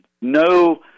no